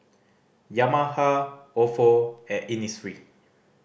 Yamaha Ofo and Innisfree